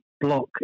block